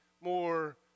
more